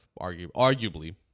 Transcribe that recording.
arguably